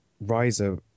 Riser